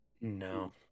No